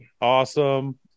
Awesome